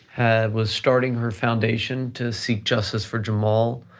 was starting her foundation to seek justice for jamal,